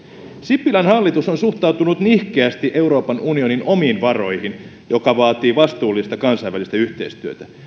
sipilän hallitus on suhtautunut nihkeästi euroopan unionin omiin varoihin jotka vaativat vastuullista kansainvälistä yhteistyötä